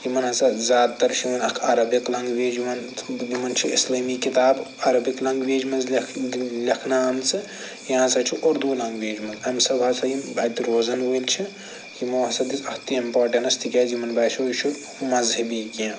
یِمن ہسا زیادٕ تر چھُ یِمن اکھ اربِک لنگویج یِوان یِمن چھِ اسلٲمی کتاب اربِک لینگویج منٛز لیکھ لیکھنہٕ آمژٕ یا ہسا چھِ اردو لینگویج منٛز امہِ سب ہسا یِم اتہِ روزن وٲلۍ چھِ یِمو ہسا دِژ اتھ تہِ امپارٹیٚنس تِکیٚازِ یِمن باسیٛو یہ چھُ مذہبی کیٚنٛہہ